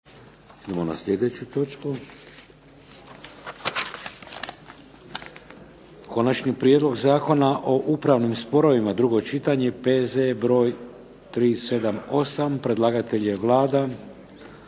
Idemo na sljedeću točku –- Konačni prijedlog Zakona o upravnim sporovima, drugo čitanje, P.Z.E. br. 378 Predlagatelj je Vlada.